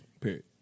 period